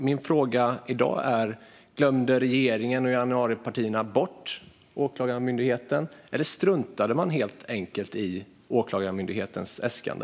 Min fråga i dag är därför: Glömde regeringen och januaripartierna bort Åklagarmyndigheten, eller struntade man helt enkelt i Åklagarmyndighetens äskande?